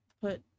put